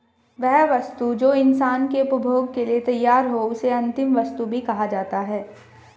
वह वस्तु जो इंसान के उपभोग के लिए तैयार हो उसे अंतिम वस्तु भी कहा जाता है